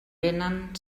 vénen